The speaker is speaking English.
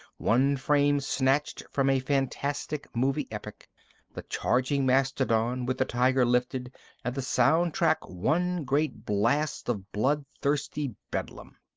one frame snatched from a fantastic movie epic the charging mastodon, with the tiger lifted and the sound track one great blast of bloodthirsty bedlam.